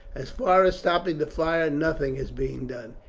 as far as stopping the fire nothing is being done.